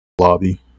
lobby